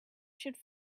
should